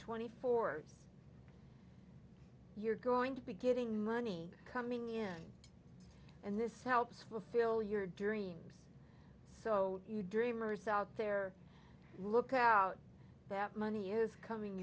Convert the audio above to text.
twenty four hours you're going to be getting money coming in and this helps fulfill your dreams so you dreamers out there look out that money is coming